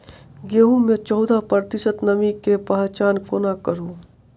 गेंहूँ मे चौदह प्रतिशत नमी केँ पहचान कोना करू?